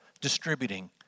distributing